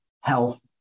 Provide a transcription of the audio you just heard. health